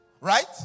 Right